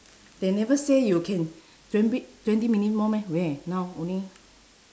they never say you can twen~ twenty minutes more meh where now only